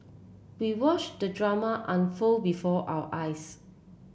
we watch the drama unfold before our eyes